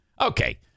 Okay